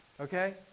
Okay